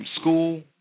school